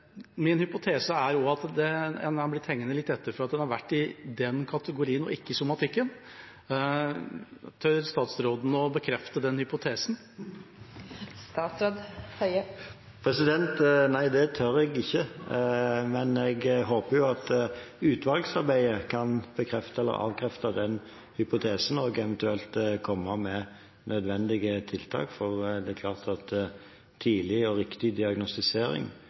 Min hypotese er at en har blitt hengende litt etter fordi en har vært i den kategorien og ikke i somatikken. Tør statsråden å bekrefte den hypotesen? Nei, det tør jeg ikke. Men jeg håper jo at utvalgsarbeidet kan bekrefte eller avkrefte den hypotesen, og eventuelt komme med nødvendige tiltak, for det er klart at tidlig og riktig diagnostisering